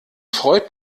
freut